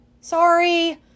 Sorry